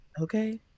Okay